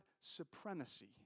supremacy